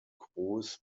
gros